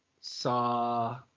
Saw